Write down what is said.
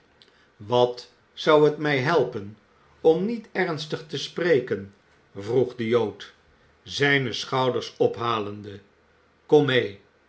wat zou het mij helpen om niet ernstig te spreken vroeg de jood zijne schouders ophalende kom mee